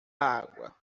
água